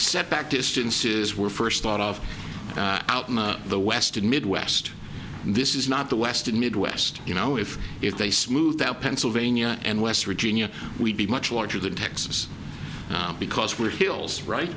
setback distances were first thought of out in the west and midwest this is not the west and midwest you know if if they smooth out pennsylvania and west virginia we'd be much larger than texas because we're hills right